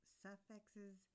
suffixes